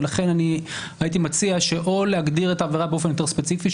לכן אני הייתי מציע או להגדיר את העבירה באופן יותר ספציפי,